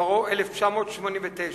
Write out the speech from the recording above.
ומספרו '1989',